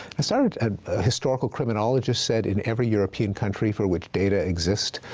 so ah historical criminologists said, in every european country for which data exist,